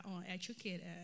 uneducated